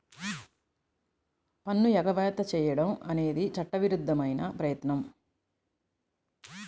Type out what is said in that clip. పన్ను ఎగవేత చేయడం అనేది చట్టవిరుద్ధమైన ప్రయత్నం